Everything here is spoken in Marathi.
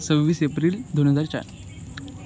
सव्वीस एप्रिल दोन हजार चार